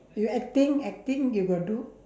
you acting acting you got do